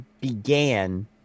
began